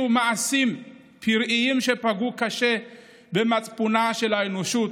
מעשים פראיים שפגעו קשה במצפונה של האנושות,